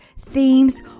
themes